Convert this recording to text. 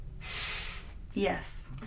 yes